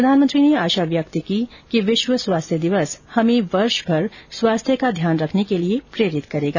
प्रधानमंत्री ने आशा व्यक्त की कि विश्व स्वास्थ्य दिवस हमें वर्ष भर स्वास्थ्य का ध्यान रखने के लिए प्रेरित करेगा